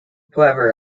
however